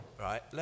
right